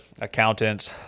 accountants